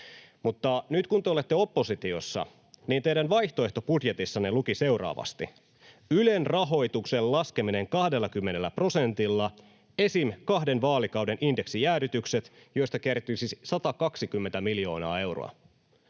nyt kun te olette oppositiossa, niin teidän vaihtoehtobudjetissanne luki seuraavasti: ”Ylen rahoituksen laskeminen 20 prosentilla (esim. kahden vaalikauden indeksijäädytykset)” — josta kertyisi 120 miljoonaa euroa.